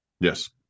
Yes